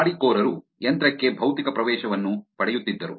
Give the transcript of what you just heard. ದಾಳಿಕೋರರು ಯಂತ್ರಕ್ಕೆ ಭೌತಿಕ ಪ್ರವೇಶವನ್ನು ಪಡೆಯುತ್ತಿದ್ದರು